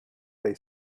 they